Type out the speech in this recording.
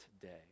today